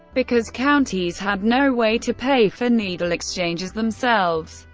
because counties had no way to pay for needle exchanges themselves.